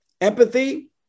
empathy